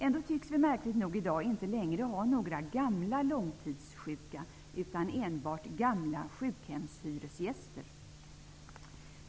Ändå tycks vi märkligt nog i dag inte längre ha några gamla långtidssjuka, utan enbart gamla ''sjukhemshyresgäster''.